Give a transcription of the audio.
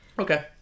Okay